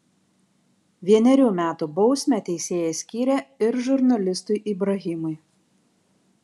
vienerių metų bausmę teisėjas skyrė ir žurnalistui ibrahimui